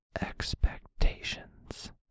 expectations